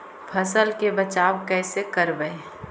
फसल के बचाब कैसे करबय?